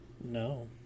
No